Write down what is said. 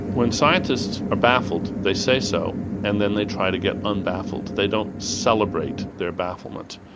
when scientists are baffled they say so and then they try to get unbaffled, they don't celebrate their bafflement.